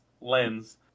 lens